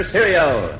Serial